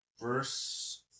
Verse